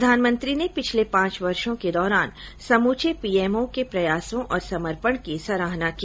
प्रधानमंत्री ने पिछले पांच वर्षो के दौरान समूचे पी एम ओ के प्रयासों और समर्पण की सराहना की